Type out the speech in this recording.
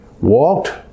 walked